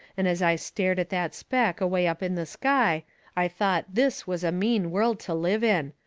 and as i stared at that speck away up in the sky i thought this was a mean world to live in.